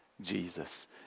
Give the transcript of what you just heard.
Jesus